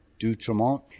Dutremont